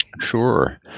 Sure